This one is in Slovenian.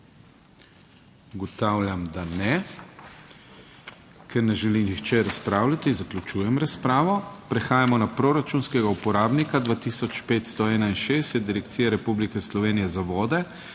Ugotavljam, da ne. Ker ne želi nihče razpravljati, zaključujem razpravo. Prehajamo na proračunskega uporabnika 2561, Direkcija Republike Slovenije za vode